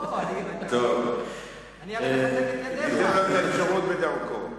הוא נותן לך את האפשרות בדרכו.